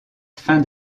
fin